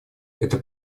это